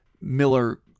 Miller